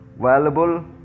valuable